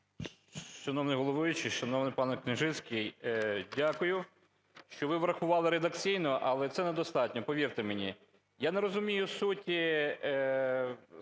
дякую, що ви врахували редакційно, але це недостатньо, повірте мені. Я не розумію суті,